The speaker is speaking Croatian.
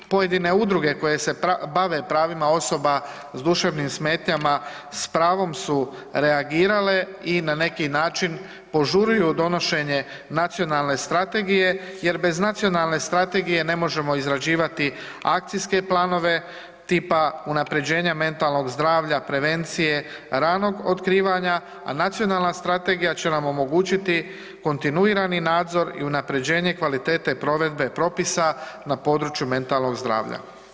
Pojedine udruge koje se bave pravima osoba s duševnim smetnjama s pravom su reagirale i na neki način požuruju donošenje nacionalne strategije jer bez nacionalne strategije ne možemo izrađivati akcijske planove tipa unapređenja mentalnog zdravlja, prevencije ranog otkrivanja, a nacionalna strategija će nam omogućiti kontinuirani nadzor i unapređenje kvalitete provedbe propisa na području mentalnog zdravlja.